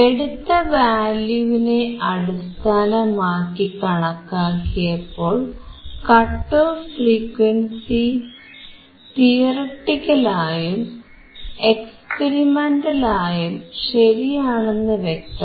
എടുത്ത വാല്യൂവിനെ അടിസ്ഥാനമാക്കി കണക്കാക്കിയപ്പോൾ കട്ട് ഓഫ് ഫ്രീക്വൻസി തിയററ്റിക്കൽ ആയും എക്സ്പെരിമെന്റൽ ആയും ശരിയാണെന്ന് വ്യക്തമായി